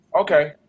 Okay